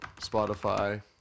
Spotify